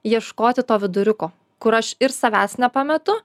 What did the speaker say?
ieškoti to viduriuko kur aš ir savęs nepametu